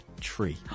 tree